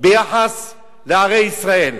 ביחס לערי ישראל.